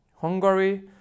Hungary